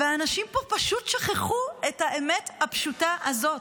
והאנשים פה פשוט שכחו את האמת הפשוטה הזאת,